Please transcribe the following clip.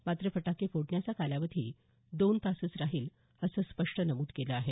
मात्र फटाके फोडण्याचा कालावधी दोन तासच राहील असं स्पष्ट नमूद केलं आहे